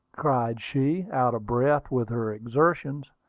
cried she, out of breath with her exertions.